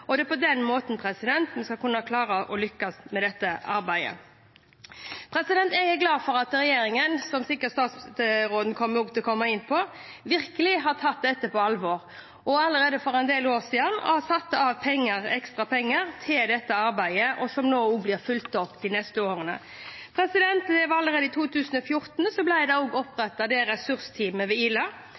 dem. Det er på den måten vi skal klare å lykkes med dette arbeidet. Jeg er glad for at regjeringen – som sikkert statsråden også vil komme inn på – virkelig har tatt dette på alvor og allerede for en del år siden satte av ekstra penger til dette arbeidet, noe som blir fulgt opp de neste årene. Allerede i 2014 opprettet man et ressursteam ved Ila.